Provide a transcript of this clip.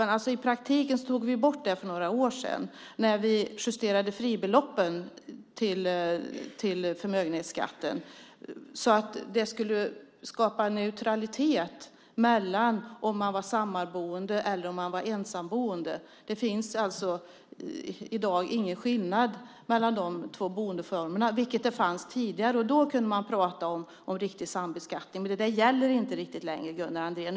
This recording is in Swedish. I praktiken togs den bort för några år sedan när fribeloppen till förmögenhetsskatten justerades. Det skulle skapa neutralitet mellan om man var sammanboende eller ensamboende. Det finns i dag ingen skillnad mellan de två boendeformerna, vilken fanns tidigare. Då kunde man prata om sambeskattning, men den gäller inte längre, Gunnar Andrén.